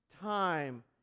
time